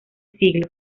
siglo